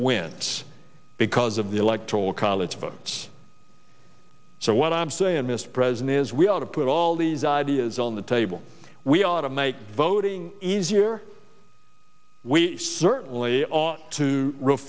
wins because of the electoral college votes so what i'm saying mispresent is we ought to put all these ideas on the table we ought to make voting easier we certainly ought to r